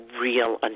real